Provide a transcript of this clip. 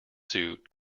suit